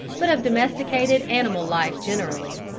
but of domesticated animal life generally.